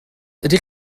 ydych